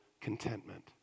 contentment